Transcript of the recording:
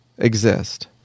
exist